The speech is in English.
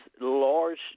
large